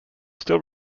still